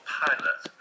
pilot